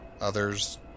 Others